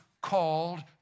called